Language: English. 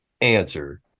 answer